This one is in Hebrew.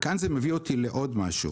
וכאן זה מביא אותי לדבר נוסף: